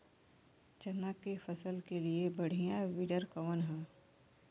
चना के फसल के लिए बढ़ियां विडर कवन ह?